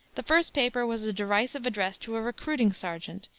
the first paper was a derisive address to a recruiting sergeant,